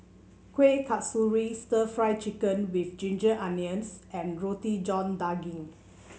Kueh Kasturi stir Fry Chicken with Ginger Onions and Roti John Daging